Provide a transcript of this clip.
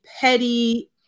petty